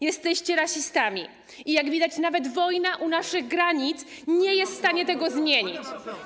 Jesteście rasistami i jak widać, nawet wojna u naszych granic nie jest w stanie tego zmienić.